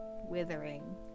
withering